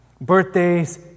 Birthdays